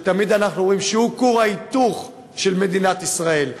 שתמיד אנחנו אומרים עליו שהוא כור ההיתוך של מדינת ישראל,